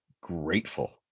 grateful